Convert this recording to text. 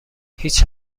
هیچ